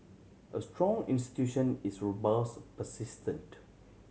a strong institution is robust persistent